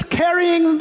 carrying